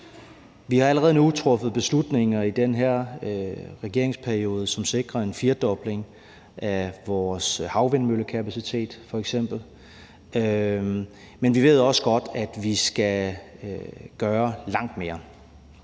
Vi har allerede truffet beslutninger i den her regeringsperiode, som f.eks. sikrer en firedobling af vores havvindmøllekapacitet. Men vi ved også godt, at vi skal gøre langt mere.